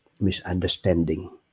misunderstanding